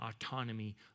autonomy